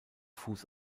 fuß